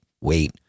wait